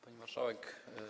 Pani Marszałek!